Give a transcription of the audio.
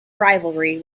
rivalry